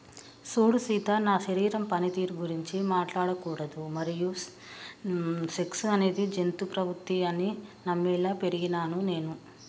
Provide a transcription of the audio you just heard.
సూడు సీత నా శరీరం పనితీరు గురించి మాట్లాడకూడదు మరియు సెక్స్ అనేది జంతు ప్రవుద్ది అని నమ్మేలా పెరిగినాను నేను